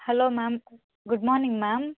hello ma'am good morning ma'am